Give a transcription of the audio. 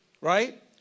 Right